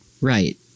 right